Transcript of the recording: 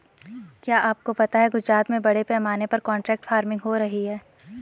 क्या आपको पता है गुजरात में बड़े पैमाने पर कॉन्ट्रैक्ट फार्मिंग हो रही है?